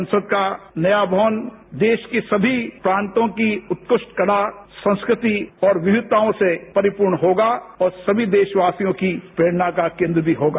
संसद का नया भवन देश की समी प्रातों की उत्कृष्ट कला संस्कृति और विविधताओं से परिपूर्ण होगा और सभी देशवासियोंकी प्रेरणा का केंद्र भी होगा